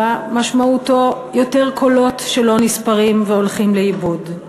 משמעותו יותר קולות שלא נספרים והולכים לאיבוד.